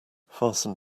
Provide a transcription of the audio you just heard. fasten